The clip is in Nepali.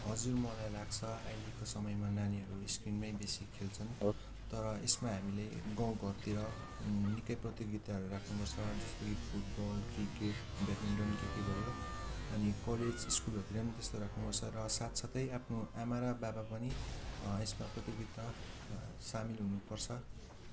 हजुर मलाई लाग्छ अहिलेको समयमा नानीहरू स्कुलमै बेसी खेल्छन् तर यसमा हामीले गाउँ घरतिर निक्कै प्रतियोगिताहरू राख्नु पर्छ जस्तै कि फुटबल क्रिकेट ब्याडमिनटन् के के भयो अनि कलेज स्कुलहरूतिर पनि त्यस्तो राख्नु पर्छ र साथसाथै आफ्नो आमा र बाबा पनि यसमा प्रतियोगिता सामेल हुनु पर्छ